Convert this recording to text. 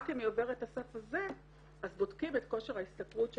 רק אם היא עוברת את הסף הזה אז בודקים את כושר ההשתכרות שלה.